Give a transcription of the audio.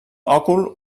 òcul